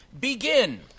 begin